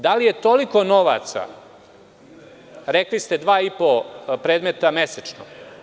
Da li je toliko novaca, rekli ste 2,5 predmeta mesečno.